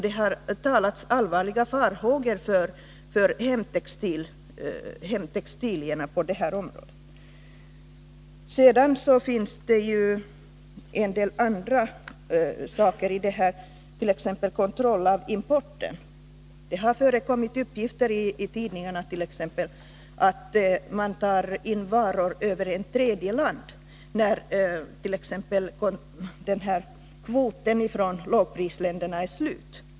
Det har uttalats allvarliga farhågor för hemtextilierna. Sedan har vi kontrollen av importen. Det hart.ex. i tidningarna uppgivits att man tar in varor från tredje land, exempelvis när kvoten för import från lågprisländerna redan uppnåtts.